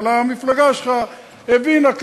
אבל המפלגה שלך הבינה,